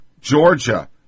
Georgia